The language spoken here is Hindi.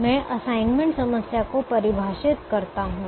मैं असाइनमेंट समस्या को परिभाषित करता हूं